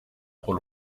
trop